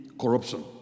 corruption